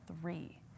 three